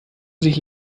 sich